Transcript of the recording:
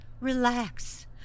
Relax